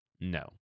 No